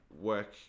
work